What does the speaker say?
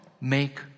make